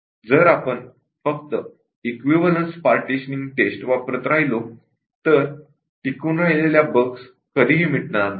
जर आपण फक्त इक्विव्हॅलन्स पार्टिशनिंग टेस्ट वापरत राहिलो तर टिकून असलेल्या बग्स कधीही मिटणार नाहीत